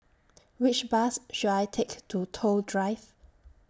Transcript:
Which Bus should I Take to Toh Drive